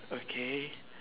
okay